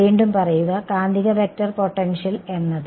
വീണ്ടും പറയുക കാന്തിക വെക്റ്റർ പൊട്ടൻഷ്യൽ എന്നത്